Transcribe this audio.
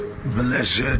blessed